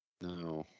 No